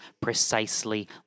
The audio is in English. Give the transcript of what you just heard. precisely